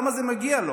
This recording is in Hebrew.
למה זה מגיע לו.